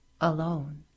alone